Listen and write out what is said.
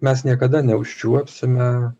mes niekada neužčiuopsime